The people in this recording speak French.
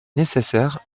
nécessaire